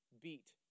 beat